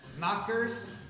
knockers